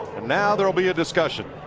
now there will be a discussion.